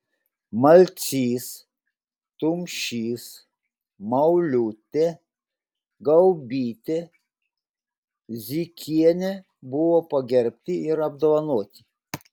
malcys tumšys mauliūtė gaubytė zykienė buvo pagerbti ir apdovanoti